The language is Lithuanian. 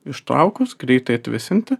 ištraukus greitai atvėsinti